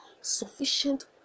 sufficient